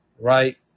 right